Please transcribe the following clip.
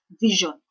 vision